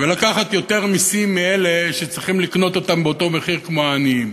ולקחת יותר מסים מאלה שצריכים לקנות אותם באותו מחיר כמו העניים.